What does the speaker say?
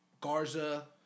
Garza